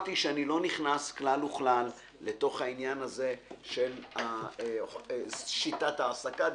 אמרתי שאני לא נכנס כלל וכלל לתוך העניין הזה של שיטת ההעסקה.